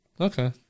Okay